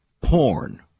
Porn